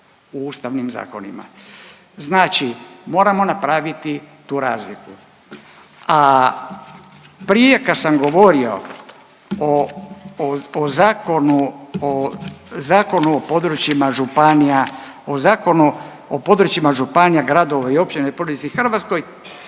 u ustavnim zakonima. Znači moramo napraviti tu razliku, a prije kad sam govorio o, o zakonu o Zakonu o područjima županija, o Zakonu o područjima županija, gradova i općina u RH ja sam